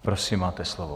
Prosím, máte slovo.